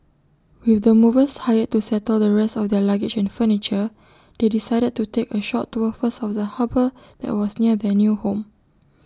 with the movers hired to settle the rest of their luggage and furniture they decided to take A short tour first of the harbour that was near their new home